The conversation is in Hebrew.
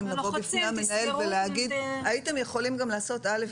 בפני המנהל ולהגיד לו שהייתם יכולים לעשות א',